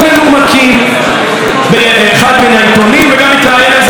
מה כאב לכם להשאיר שם שוויון?